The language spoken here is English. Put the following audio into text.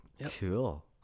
cool